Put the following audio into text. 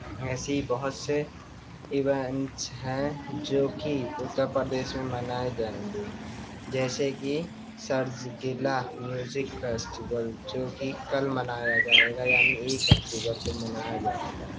ایسی بہت سے ایوینٹس ہیں جو کہ اتر پردیش میں منائے جائیں گے جیسے کہ سرز کیلا میوزک فیسٹیول جو کہ کل منایا جائے گا یعنی ایک اکتوبر کو منایا جائے گا